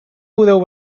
podeu